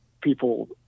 people